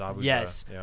Yes